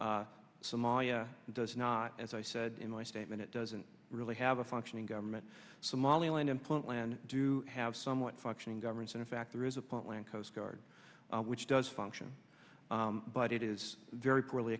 missions somalia does not as i said in my statement it doesn't really have a functioning government somaliland implant land do have somewhat functioning governments and in fact there is a point land coastguard which does function but it is very poorly